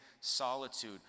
solitude